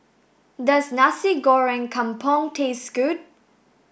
does Nasi Goreng Kampung taste good